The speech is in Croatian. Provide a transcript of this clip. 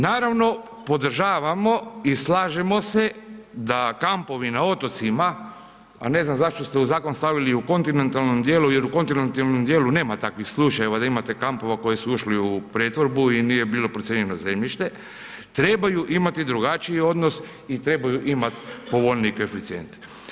Naravno, podržavamo i slažemo se, da kampovi na otocima, a ne znam zašto se u zakon stavili i u kontinentalnom dijelu jer u kontinentalnom dijelu nema takvih slučajeva da imate kampova koji su ušli u pretvorbu i nije bilo procijenjeno zemljište, trebaju imati drugačiji odnos i trebaju imati povoljniji koeficijent.